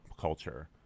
culture